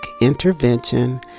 intervention